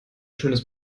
schönes